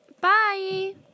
bye